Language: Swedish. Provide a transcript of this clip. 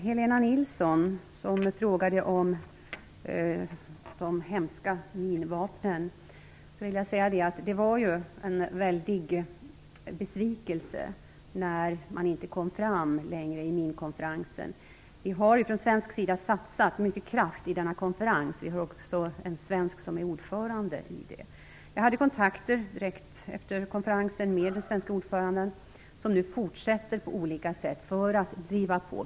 Helena Nilsson frågade om de hemska minvapnen. Det var ju en väldig besvikelse när man inte nådde längre i minkonferensen. Sverige har lagt ned mycket kraft på denna konferens, som också har en svensk ordförande. Jag hade kontakter direkt efter konferensen med den svenska ordföranden som nu fortsätter att driva frågan på olika sätt.